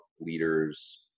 leaders